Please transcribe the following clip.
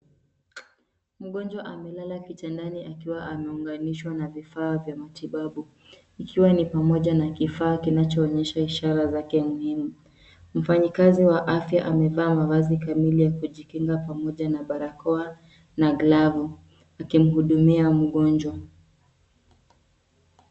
Mgonjwa amelala kitandani akiwa ameunganishwa na vifaa vya matibabu, ikiwa ni pamoja na kifaa kinachoonyesha ishara zake muhimu. Mfanyikazi wa afya amevaa mavazi kamili ya kujikinga pamoja na barakoa na glavu akimhudumia mgonjwa.